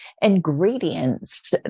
ingredients